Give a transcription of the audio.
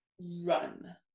run